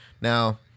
Now